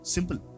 Simple